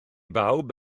bawb